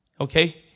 Okay